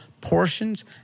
portions